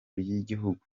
ry’igihugu